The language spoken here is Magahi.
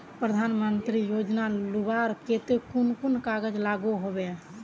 प्रधानमंत्री योजना लुबार केते कुन कुन कागज लागोहो होबे?